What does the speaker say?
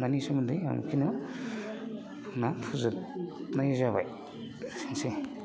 नानि सोमोन्दै आं बेखौनो बुंना फोजोबनाय जाबाय दोनसै